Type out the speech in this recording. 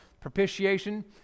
Propitiation